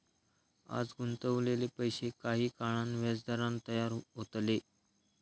आज गुंतवलेले पैशे काही काळान व्याजदरान तयार होतले